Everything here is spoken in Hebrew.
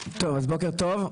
בוקר טוב.